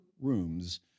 rooms